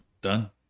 Done